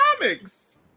comics